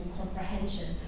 comprehension